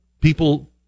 people